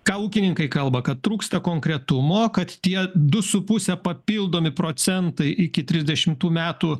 ką ūkininkai kalba kad trūksta konkretumo kad tie du su puse papildomi procentai iki trisdešimtų metų